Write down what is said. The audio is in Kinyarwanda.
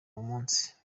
munsi